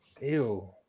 Ew